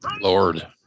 Lord